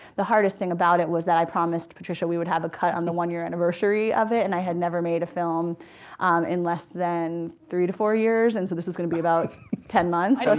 the hardest thing about it was that i promised patricia we would have a cut on the one year anniversary of it, and i had never made a film in less than three to four years. and so this was going to be about ten months. so